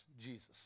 Jesus